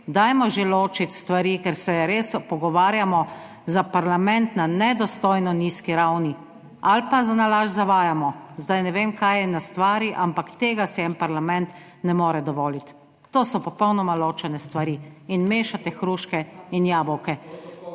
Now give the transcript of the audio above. dajmo že ločiti stvari, ker se res pogovarjamo za parlament na nedostojno nizki ravni ali pa zanalašč zavajamo, zdaj ne vem, kaj je na stvari, ampak tega si en parlament ne more dovoliti, to so popolnoma ločene stvari in mešate hruške in jabolka.